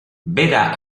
vera